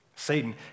Satan